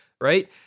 right